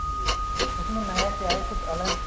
जी इसमें नया क्या है कुछ अलग